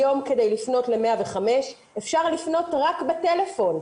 היום כדי לפנות ל-105 אפשר לפנות רק בטלפון.